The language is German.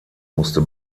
musste